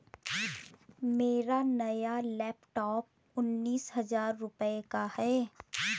मेरा नया लैपटॉप उन्नीस हजार रूपए का है